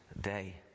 day